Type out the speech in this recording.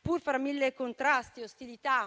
pur fra mille contrasti e ostilità.